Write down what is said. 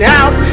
out